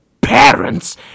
parents